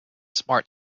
smart